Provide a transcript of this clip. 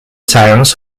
towns